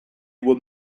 were